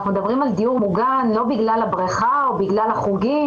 אנחנו מדברים על דיור מוגן לא בגלל הבריכה או בגלל החוגים,